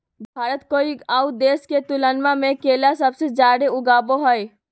भारत कोय आउ देश के तुलनबा में केला सबसे जाड़े उगाबो हइ